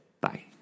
bye